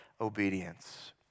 obedience